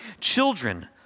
children